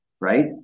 Right